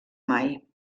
mai